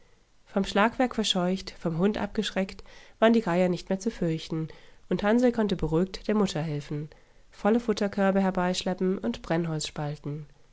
vom schlagwerk verscheucht vom hund abgeschreckt waren die geier nicht mehr zu fürchten und hansl konnte beruhigt der mutter helfen volle futterkörbe herbeischleppen und brennholz